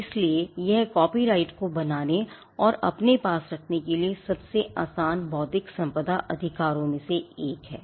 इसलिए यह कॉपीराइट को बनाने और अपने पास रखने के लिए सबसे आसान बौद्धिक संपदा अधिकारों में से एक है